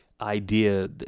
idea